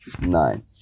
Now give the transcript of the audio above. nine